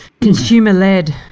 Consumer-led